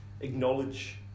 acknowledge